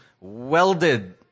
welded